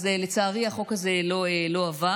אז לצערי, החוק הזה לא עבר.